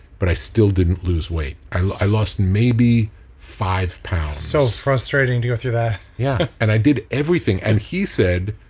but i still didn't lose weight. i lost maybe five pounds so frustrating to go through that yeah, and i did everything. and he said,